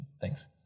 Thanks